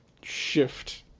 shift